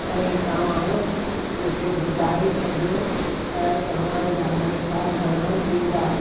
ऐं तव्हां मूंखे ॿुधाए छॾियो त तव्हांजा पैसा घणा थींदा